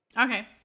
Okay